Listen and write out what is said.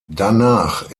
danach